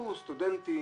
קלטו סטודנטים,